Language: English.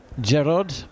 Gerard